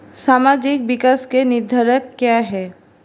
सामाजिक विकास के निर्धारक क्या है?